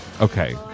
Okay